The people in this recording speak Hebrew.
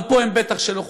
אבל פה הם בטח לא חוקיים.